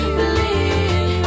believe